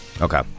Okay